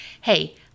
hey